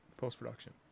post-production